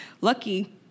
lucky